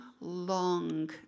long